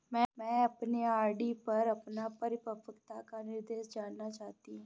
मैं अपने आर.डी पर अपना परिपक्वता निर्देश जानना चाहती हूँ